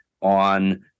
on